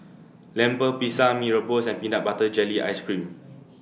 Lemper Pisang Mee Rebus and Peanut Butter Jelly Ice Cream